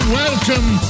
welcome